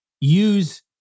use